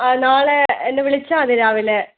ആ നാളെ എന്നെ വിളിച്ചാൽ മതി രാവിലെ